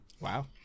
Wow